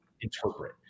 interpret